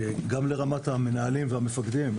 גם לרמת המנהלים והמפקדים,